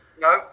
No